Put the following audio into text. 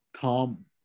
Tom